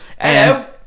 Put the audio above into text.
Hello